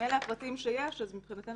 זאת אומרת שמי שבהקשרים האלה של מערכת חברתית